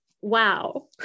wow